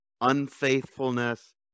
unfaithfulness